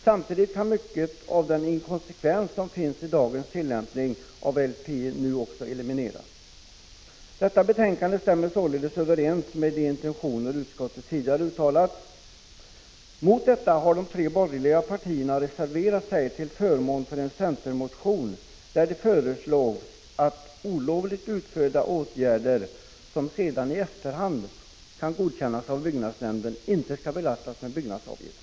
Samtidigt kan mycket av den inkonsekvens som finns i dagens tillämpning av LPI nu elimineras. Detta betänkande stämmer således överens med de intentioner utskottet tidigare uttalat. Mot detta har de tre borgerliga partierna reserverat sig till förmån för en centermotion där det föreslås att olovligt utförda åtgärder, som sedan i efterhand kan godkännas av byggnadsnämnden, inte skall belastas med byggnadsavgift.